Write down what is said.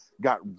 got